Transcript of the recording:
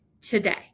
today